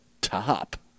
top